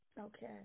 Okay